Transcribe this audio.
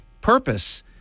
purpose